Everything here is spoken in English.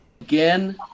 Again